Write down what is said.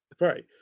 Right